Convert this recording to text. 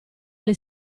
alle